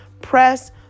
press